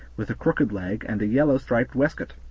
with a crooked leg, and a yellow striped waistcoat.